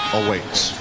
awaits